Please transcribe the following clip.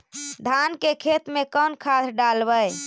धान के खेत में कौन खाद डालबै?